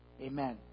Amen